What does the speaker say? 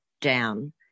down